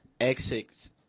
exit